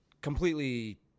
completely